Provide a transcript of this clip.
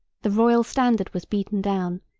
the royal standard was beaten down,